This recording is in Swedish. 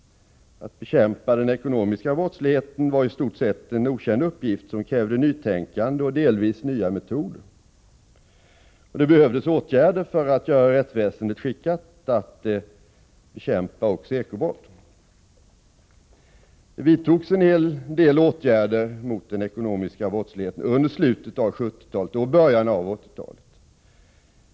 Att bekämpa den ekonomiska brottsligheten var i stort sett en okänd uppgift, och den krävde nytänkande och delvis nya metoder. Man behövde vidta åtgärder för att göra rättsväsendet skickat att bekämpa också eko-brott. Det vidtogs en hel del åtgärder mot den ekonomiska brottsligheten under slutet av 1970-talet och i början av 1980-talet.